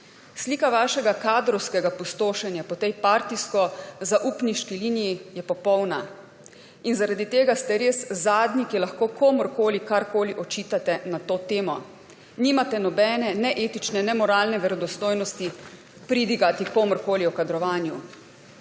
Slika vašega kadrovskega pustošenja po tej partijsko-zaupniški liniji je popolna. In zaradi tega ste res zadnji, ki lahko komurkoli karkoli očita na to temo. Nimate nobene ne etične ne moralne verodostojnosti pridigati komurkoli o kadrovanju.